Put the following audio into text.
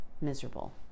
miserable